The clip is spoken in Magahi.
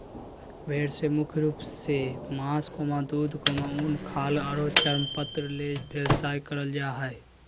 भेड़ से मुख्य रूप से मास, दूध, उन, खाल आरो चर्मपत्र ले व्यवसाय करल जा हई